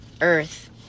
earth